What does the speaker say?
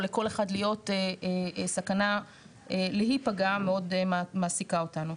לכל אחד להיות בסכנה להיפגע מאוד מעסיקה אותנו.